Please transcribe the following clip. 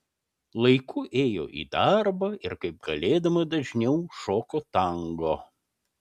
laiku ėjo į darbą ir kaip galėdama dažniau šoko tango